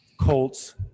colts